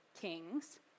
kings